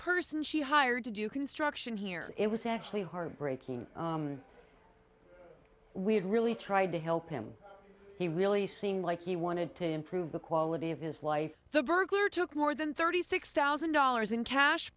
person she hired to do construction here it was actually heartbreaking we had really tried to help him he really seemed like he wanted to improve the quality of his life the burglar took more than thirty six thousand dollars in cash